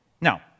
Now